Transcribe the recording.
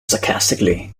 sarcastically